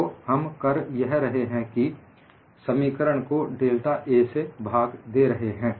तो हम कर यह रहे हैं कि समीकरण को डेल्टा A से भाग दे रहे हैं